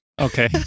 Okay